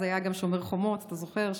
אז היה גם שומר חומות, אתה זוכר?